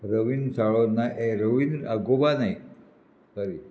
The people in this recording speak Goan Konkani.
रवीन सावळो नायक हे रवींद्र आगोबा नायक